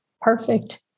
Perfect